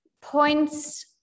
points